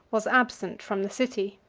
was absent from the city.